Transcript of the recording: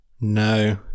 No